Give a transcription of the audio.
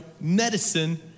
medicine